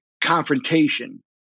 confrontation